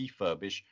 refurbish